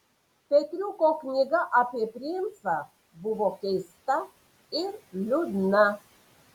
petriuko knyga apie princą buvo keista ir liūdna